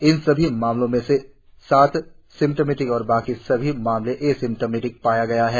इन सभी मामलो में से सात सिम्टोमेटिक और बाकी सभी मामले एसिम्टोमेटिक पाया गया है